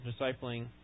discipling